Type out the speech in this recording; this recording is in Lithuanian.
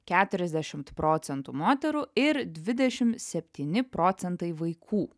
keturiasdešimt procentų moterų ir dvidešimt septyni procentai vaikų